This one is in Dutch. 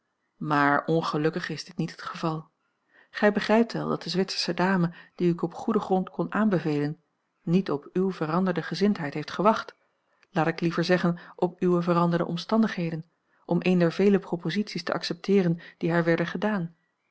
maar ongelukkig is dit niet het geval gij begrijpt wel dat de zwitsersche dame die ik u op goeden grond kon aanbevelen niet op uwe veranderde gezindheid heeft gewacht laat ik liever zeggen op uwe veranderde omstandigheden om een der vele proposities te accepteeren die haar werden gedaan